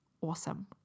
awesome